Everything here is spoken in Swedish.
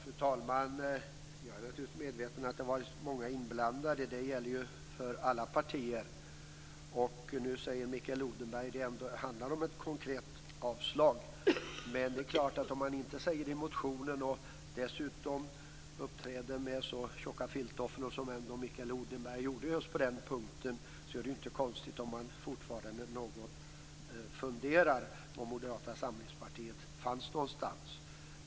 Fru talman! Jag är naturligtvis medveten om att det har varit många inblandade, och det gäller för alla partier. Nu säger Mikael Odenberg att det handlar om ett konkret avslagsyrkande. Men om man inte utsäger det i motionen och dessutom uppträder med så tjocka filttofflor som Mikael Odenberg gjorde på den punkten är det ju inte konstigt om man fortfarande något funderar över var Moderata samlingspartiet befinner sig någonstans.